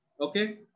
Okay